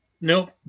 Nope